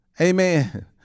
Amen